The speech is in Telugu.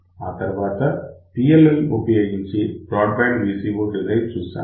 ఆ తర్వాత PLL ఉపయోగించి బ్రాడ్ బ్యాండ్ VCO డిజైన్ చూశాము